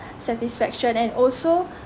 satisfaction and also